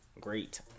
Great